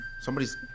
somebody's